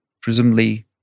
presumably